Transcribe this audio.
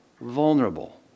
vulnerable